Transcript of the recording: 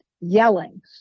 Yelling